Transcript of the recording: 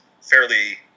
fairly